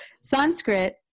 Sanskrit